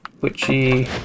witchy